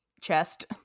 chest